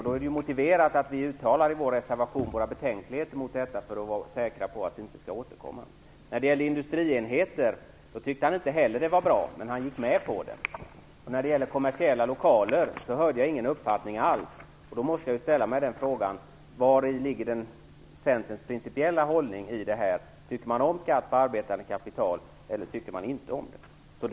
Det är då motiverat att vi i vår reservation uttalade våra betänkligheter mot detta för att vara säkra på att det inte skall återkomma. Han tyckte inte heller att det var bra beträffande industrienheter, men han gick med på det. När det gäller kommersiella lokaler hörde jag inte honom uttala någon uppfattning alls. Jag måste då ställa mig frågan: Vari ligger Centerns principiella hållning? Tycker man om skatt på arbetande kapital eller gör man det inte?